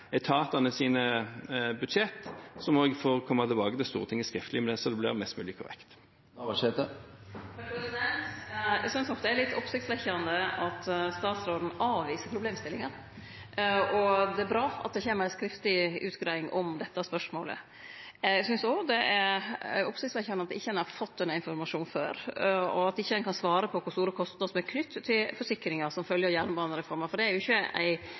må jeg få komme tilbake til Stortinget skriftlig med det, sånn at det blir mest mulig korrekt. Eg synest nok det er litt oppsiktsvekkjande at statsråden avviser problemstillinga, og det er bra at det kjem ei skriftleg utgreiing om dette spørsmålet. Eg synest òg det er oppsiktsvekkjande at ein ikkje har fått denne informasjonen før, og at ein ikkje kan svare på kor store kostnader som er knytte til forsikringar som følgje av jernbanereforma. Det er